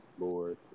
Lord